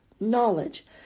knowledge